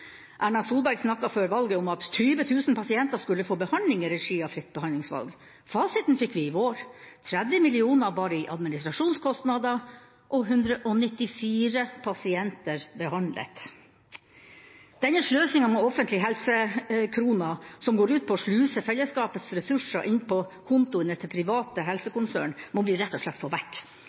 Erna Solberg snakket før valget om at 20 000 pasienter skulle få behandling i regi av fritt behandlingsvalg. Fasiten fikk vi i vår: 30 mill. kr bare i administrasjonskostnader – og 194 pasienter behandlet. Denne sløsinga med offentlige helsekroner, som går ut på å sluse fellesskapets ressurser inn på kontoene til private helsekonsern, må vi rett og slett